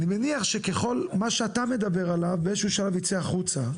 אני מניח שמה שאתה מדבר עליו באיזשהו שלב יצא החוצה.